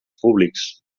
públics